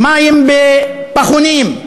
מים בפחונים.